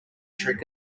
trick